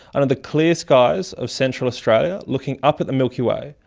under the clear skies of central australia, looking up at the milky way,